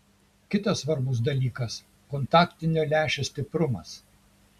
kitas svarbus dalykas kontaktinio lęšio stiprumas